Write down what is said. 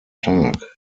tag